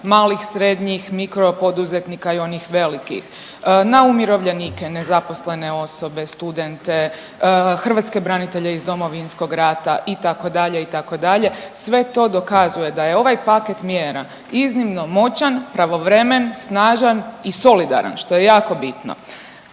malih i srednjih mikro poduzetnika i onih velikih, na umirovljenike, nezaposlene osobe, studente, hrvatske branitelje iz Domovinskog rata itd., itd., sve to dokazuje da je ovaj paket mjera iznimno moćan, pravovremen, snažan i solidaran što je jako bitno,